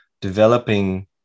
developing